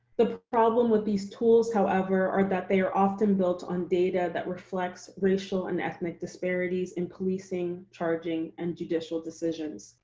the problem with these tools, however, are that they are often built on data that reflects racial and ethnic disparities in policing, charging, and judicial decisions,